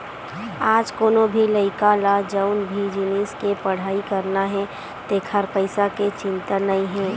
आज कोनो भी लइका ल जउन भी जिनिस के पड़हई करना हे तेखर पइसा के चिंता नइ हे